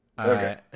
Okay